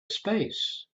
space